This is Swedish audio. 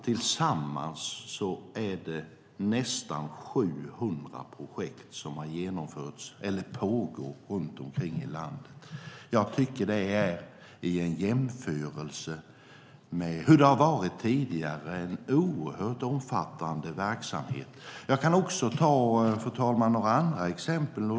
Totalt är det nästan 700 projekt som har genomförts eller pågår runt om i landet. Jag tycker att det är en oerhört omfattande verksamhet i jämförelse med hur det har varit tidigare. Fru talman! Jag kan också nämna några andra exempel.